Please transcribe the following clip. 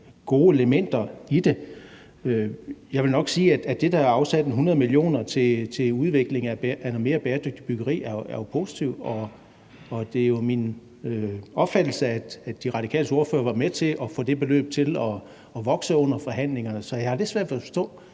gode elementer i forslaget op. Jeg vil nok sige, at det, at der er afsat 100 mio. kr. til udvikling af noget mere bæredygtigt byggeri, er jo positivt, og det er jo min opfattelse, at De Radikales ordfører var med til at få det beløb til at vokse under forhandlingerne. Så jeg har lidt svært ved at forstå,